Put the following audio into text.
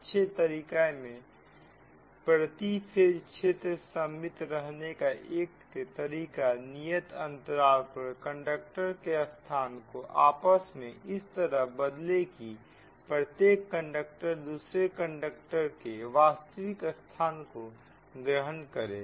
अच्छे तरीका में प्रति फेज क्षेत्र सममिति रहने का एक तरीका नियत अंतराल पर कंडक्टर के स्थान को आपस में इस तरह बदले की प्रत्येक कंडक्टर दूसरे कंडक्टर के वास्तविक स्थान को ग्रहण करें